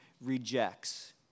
rejects